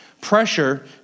Pressure